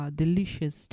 delicious